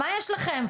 מה יש לכם,